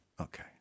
Okay